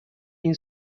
این